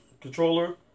controller